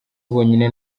bonyine